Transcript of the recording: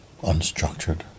unstructured